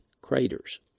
Craters